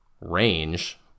range